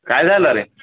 काय झालं रे